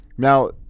Now